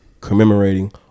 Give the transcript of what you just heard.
Commemorating